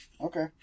Okay